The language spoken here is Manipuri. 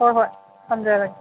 ꯍꯣꯏ ꯍꯣꯏ ꯊꯝꯖꯔꯒꯦ